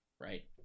right